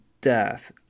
death